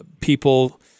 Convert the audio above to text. people